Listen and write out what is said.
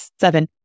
seven